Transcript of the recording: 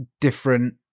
different